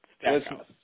Stackhouse